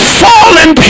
fallen